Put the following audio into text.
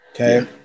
Okay